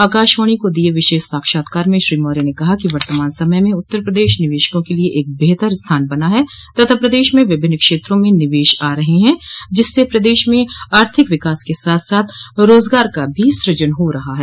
आकाशवाणी को दिये विशेष साक्षात्कार में श्री मौर्य ने कहा कि वर्तमान समय में उत्तर प्रदेश निवेशकों के लिये एक बेहतर स्थान बना है तथा प्रदेश में विभिन्न क्षेत्रों में निवेश आ रहे हैं जिससे प्रदेश म आर्थिक विकास के साथ साथ रोजगार का भी सूजन हो रहा है